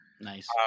Nice